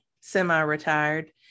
semi-retired